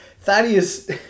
Thaddeus